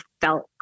felt